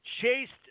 chased